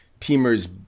Teamer's